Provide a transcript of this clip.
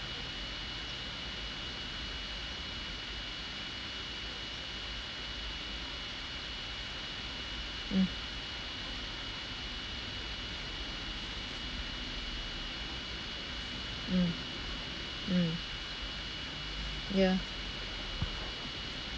mm mm mm ya